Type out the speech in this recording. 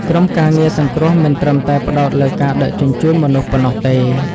ក្រុមការងារសង្គ្រោះមិនត្រឹមតែផ្ដោតលើការដឹកជញ្ជូនមនុស្សប៉ុណ្ណោះទេ។